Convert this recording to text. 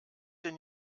denn